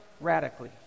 radically